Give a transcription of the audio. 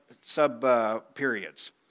sub-periods